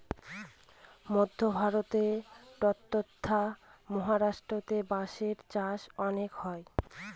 মধ্য ভারতে ট্বতথা মহারাষ্ট্রেতে বাঁশের চাষ অনেক হয়